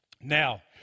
Now